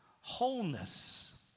Wholeness